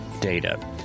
data